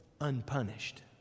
unpunished